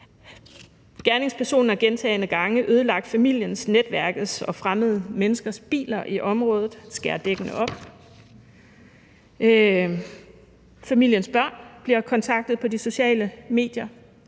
Gerningspersonen har gentagne gange ødelagt familiens, netværkets og fremmede menneskers biler i området – han har skåret dækkene op. Familiens børn bliver kontaktet på de sociale medier